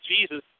Jesus